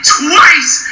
twice